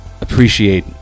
appreciate